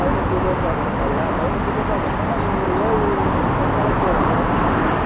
பதினஞ்சு பேர் சாப்புடற மாதிரியா பதினஞ்சு பேர் சாப்புடற மாதிரினா நீங்கள் ஒரு ஏழு கட்டினாலே போதும் பதினஞ்சு பேர் சாப்பிட்லாம்